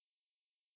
ah இல்ல:illa